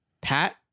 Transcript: Pat